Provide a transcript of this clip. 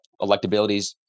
Electabilities